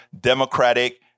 Democratic